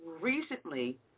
recently